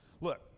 Look